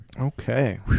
Okay